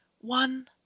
one